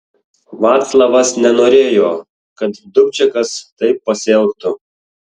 vaclavas nenorėjo kad dubčekas taip pasielgtų